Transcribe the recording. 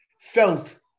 felt